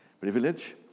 privilege